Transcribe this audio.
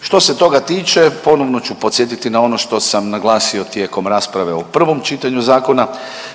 Što se toga tiče ponovno ću podsjetiti na ono što sam naglasio tijekom rasprave u prvom čitanju zakona.